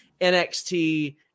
NXT